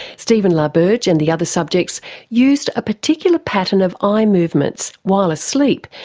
stephen la berge and the other subjects used a particular pattern of eye movements, while asleep,